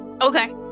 Okay